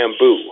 bamboo